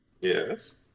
Yes